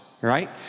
right